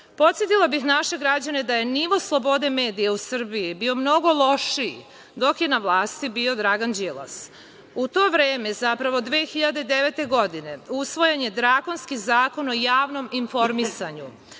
govorima. Podsetila bih naše građane da je nivo slobode medija u Srbiji bio mnogo lošiji dok je na vlasti bio Dragan Đilas.U to vreme, zapravo 2009. godine usvojen je drakonski Zakon o javnom informisanju,